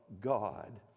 God